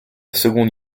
seconde